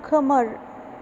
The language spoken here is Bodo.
खोमोर